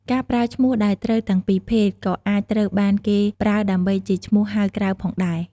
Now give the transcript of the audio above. ការប្រើឈ្មោះដែលត្រូវទាំងពីរភេទ ក៏អាចត្រូវបានគេប្រើដើម្បីជាឈ្មោះហៅក្រៅផងដែរ។